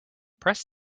press